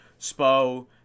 Spo